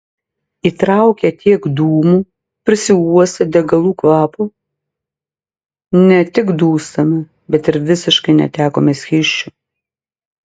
įtraukę tiek dūmų prisiuostę degalų kvapo ne tik dūstame bet ir visiškai netekome skysčių